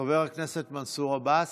חבר הכנסת מנסור עבאס,